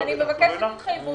אז אני מבקשת התחייבות,